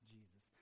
Jesus